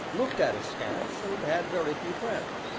looked at askance, and had very few friends.